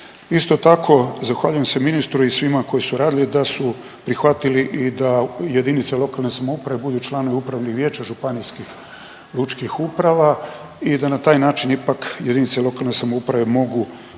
Isto tako zahvaljujem se ministru i svima koji su radili da su prihvatili i da JLS budu članovi upravnih vijeća županijskih lučkih uprava i da na taj način ipak JLS mogu učestvovati u